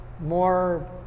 more